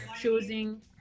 choosing